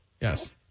yes